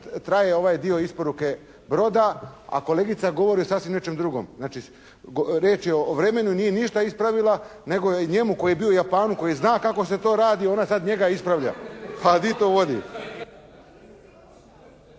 traje ovaj dio isporuke broda a kolegica govori o sasvim nečem drugom. Znači, riječ je o vremenu. Nije ništa ispravila nego je njemu koji je bio u Japanu, koji zna kako se to radi, ona sad njega ispravlja. Pa gdje to vodi?